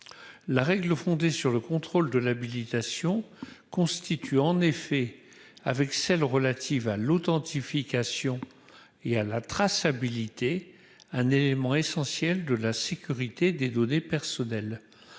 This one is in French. la règle, fondée sur le contrôle de l'habilitation constitue en effet avec celles relatives à l'authentification et à la traçabilité, un élément essentiel de la sécurité des données personnelles,